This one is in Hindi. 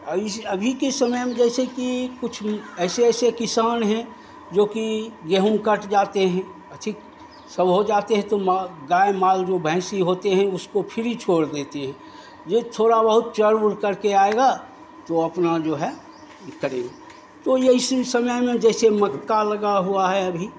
अभी के समय में जैसे कि कुछ ऐसे ऐसे किसान हैं जो कि गेहूँ कट जाते हैं अथी सब हो जाते हैं तो गाय माल जो भैंसी होते हैं उसको फिर छोड़ देते हैं जो थोड़ा बहुत चर उर करके आएगा तो अपना जो है तो ऐसे समय में जैसे मक्का लगा हुआ है अभी